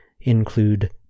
include